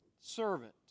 Servant